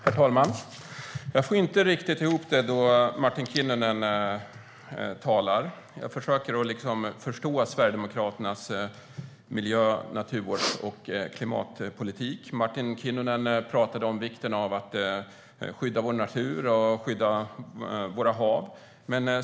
Herr talman! Jag får inte riktigt ihop det när Martin Kinnunen talar. Jag försöker förstå Sverigedemokraternas miljö, naturvårds och klimatpolitik. Martin Kinnunen talade om vikten av att skydda vår natur och våra hav.